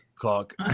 Cock